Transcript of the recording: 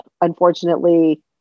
unfortunately